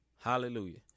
Hallelujah